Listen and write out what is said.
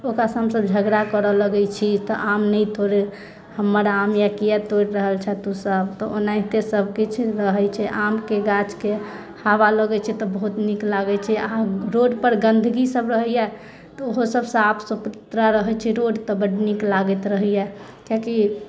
ओकरासँ हमसभ झगड़ा करऽ लागै छी कि तऽ आम नहि तोड़ै हमर आम यऽ किये तोड़ि रहल छैं तू सभ तऽ ओनाहिते सभकिछु रहै छै आम के गाछ के हावा लगै छै तऽ बहुत नीक लागै छै रोड पर गन्दगी सभ रहैए तऽ ओहो सभ साफ सुथरा रहै छै रोड तऽ बड नीक लागैत रहैए कियाकि